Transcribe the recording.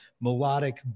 melodic